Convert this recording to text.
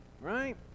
right